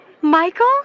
Michael